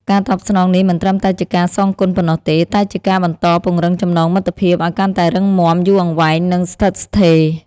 ការតបស្នងនេះមិនត្រឹមតែជាការសងគុណប៉ុណ្ណោះទេ តែជាការបន្តពង្រឹងចំណងមិត្តភាពឲ្យកាន់តែរឹងមាំ យូរអង្វែង និងស្ថិតស្ថេរ។